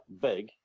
big